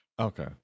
Okay